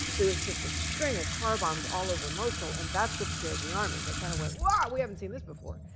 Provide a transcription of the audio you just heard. there was just a string of car bombs all over mosul. and that's what scared the army. they kind of went, whoa, we haven't seen this before.